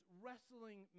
wrestling